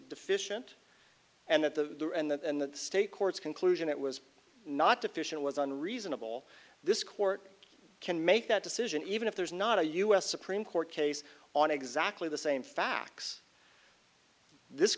deficient and that the and that and the state courts conclusion it was not deficient was an reasonable this court can make that decision even if there's not a u s supreme court case on exactly the same facts this